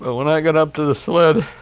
when i got up to the sled,